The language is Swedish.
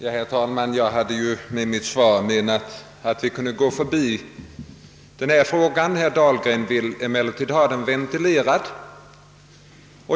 Herr talman! Avsikten med mitt svar var att vi nu borde kunna gå förbi denna fråga, men herr Dahlgren önskar tydligen få den ventilerad.